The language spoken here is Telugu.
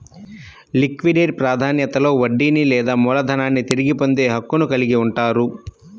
లిక్విడేట్ ప్రాధాన్యతలో వడ్డీని లేదా మూలధనాన్ని తిరిగి పొందే హక్కును కలిగి ఉంటారు